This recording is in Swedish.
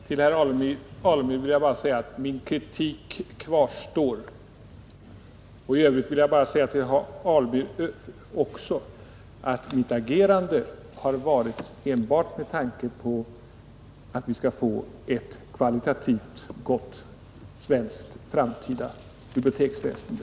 Herr talman! Till herr Alemyr vill jag säga att min kritik kvarstår. I övrigt vill jag framhålla att mitt agerande har skett enbart med tanke på att vi skall få ett kvalitativt gott svenskt framtida biblioteksväsende.